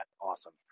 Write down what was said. awesome